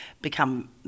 become